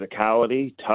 physicality